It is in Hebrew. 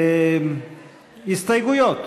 הסתייגויות,